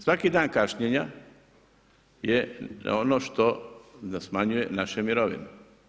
Svaki dan kašnjenja je ono što nam smanjuje naše mirovine.